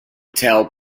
tail